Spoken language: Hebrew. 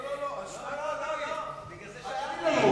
לא, בגלל זה שאלתי.